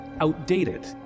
outdated